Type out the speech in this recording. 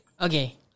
Okay